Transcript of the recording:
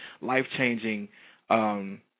life-changing